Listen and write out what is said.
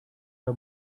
her